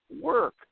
work